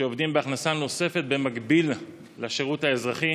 שעובדים בשביל הכנסה נוספת במקביל לשירות האזרחי